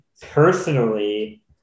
Personally